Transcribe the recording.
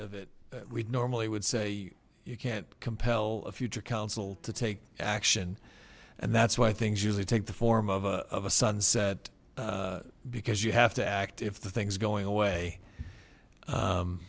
of it we normally would say you can't compel a future counsel to take action and that's why things usually take the form of a sunset because you have to act if the thing's going away